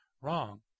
wrong